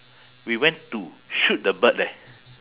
we went to shoot the bird leh